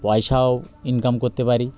পয়সাও ইনকাম করতে পারি